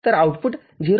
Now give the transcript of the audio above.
तर आउटपुट ०